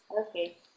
Okay